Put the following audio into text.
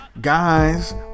guys